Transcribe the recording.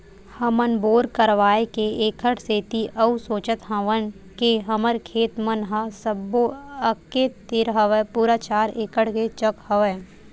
हमन बोर करवाय के ऐखर सेती अउ सोचत हवन के हमर खेत मन ह सब्बो एके तीर हवय पूरा चार एकड़ के चक हवय